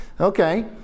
Okay